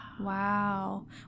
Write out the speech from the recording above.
Wow